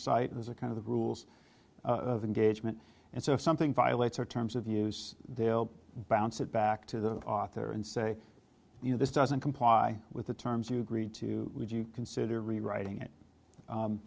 are kind of the rules of engagement and so if something violates our terms of use they'll bounce it back to the author and say you know this doesn't comply with the terms you agreed to would you consider rewriting it